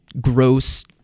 gross